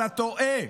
אתה טועה.